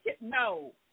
no